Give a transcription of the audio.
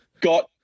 Got